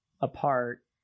apart